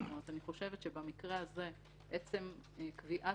אני חושבת שבמקרה הזה עצם קביעת